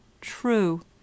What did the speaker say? true